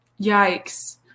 Yikes